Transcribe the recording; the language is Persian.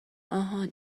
آهان